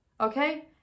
okay